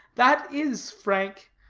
that is frank.